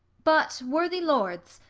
but, worthy lords,